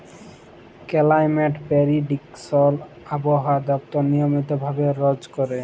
climate prediction আবহাওয়া দপ্তর নিয়মিত ভাবে রজ ক্যরে